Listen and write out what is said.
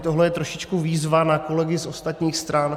Tohle je trošičku výzva na kolegy z ostatních stran.